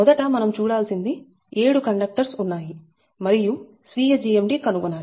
మొదట మనం చూడాల్సింది 7 కండక్టర్స్ ఉన్నాయి మరియు స్వీయ GMD కనుగొనాలి